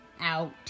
out